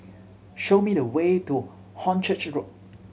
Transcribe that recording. show me the way to Hornchurch Road